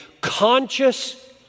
conscious